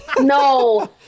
No